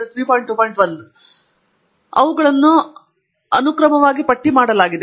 1 ಇದೆ ಮತ್ತು ಅವುಗಳನ್ನು ಅಕಾರಾದಿಯಲ್ಲಿ ಪಟ್ಟಿ ಮಾಡಲಾಗಿದೆ